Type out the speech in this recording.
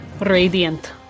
radiant